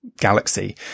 galaxy